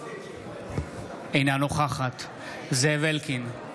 אינה נוכחת זאב אלקין,